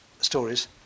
stories